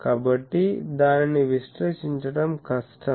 కాబట్టి దానిని విశ్లేషించడం కష్టం